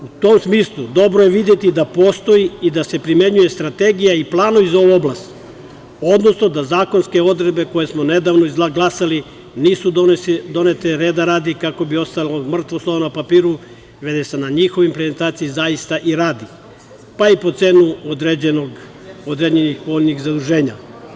U tom smislu dobro je videti da postoji i da se primenjuje strategija i planovi za ovu oblast, odnosno da zakonske odredbe koje smo nedavno izglasali nisu donete reda radi, kako bi ostalo mrtvo slovo na papiru, već se na njihovoj prezentaciji zaista i radi, pa i po cenu određenog određenih zaduženja.